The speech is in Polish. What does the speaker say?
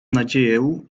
nadzieję